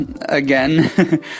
again